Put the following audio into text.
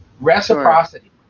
reciprocity